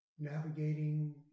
navigating